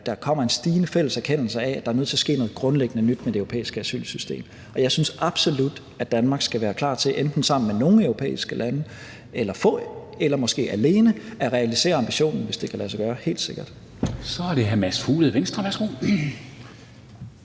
der kommer en stigende fælles erkendelse af, at der er nødt til at ske noget grundlæggende nyt med det europæiske asylsystem. Og jeg synes absolut, at Danmark skal være klar til enten sammen med nogle europæiske lande eller måske alene at realisere ambitionen, hvis det kan lade sig gøre – helt sikkert. Kl. 11:16 Formanden (Henrik